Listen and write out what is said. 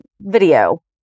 video